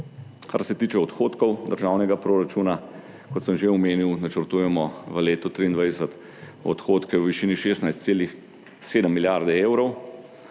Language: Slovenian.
Kar se tiče odhodkov državnega proračuna, kot sem že omenil, načrtujemo v letu 2023 odhodke v višini 16,7 milijarde evrov,